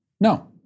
No